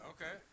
Okay